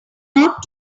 ought